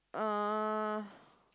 uh